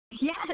yes